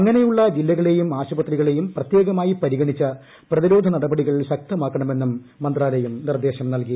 അങ്ങനെയുള്ള ജില്ലകളെയും ആശുപത്രികളെയും പ്രത്യേകമായി പരിഗണിച്ച് പ്രതിരോധ നടപടികൾ ശക്തമാക്കണമെന്നും മന്ത്രാലയം നിർദ്ദേശം നല്കി